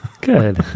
Good